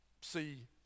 see